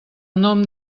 nom